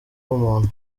umuntu